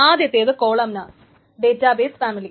ആദ്യത്തെത് columnar database family